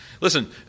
Listen